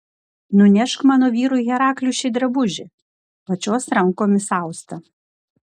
nunešk mano vyrui herakliui šį drabužį pačios rankomis austą